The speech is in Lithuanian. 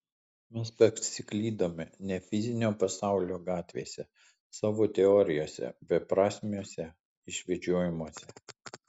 mes pasiklydome ne fizinio pasaulio gatvėse savo teorijose beprasmiuose išvedžiojimuose